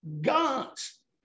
gods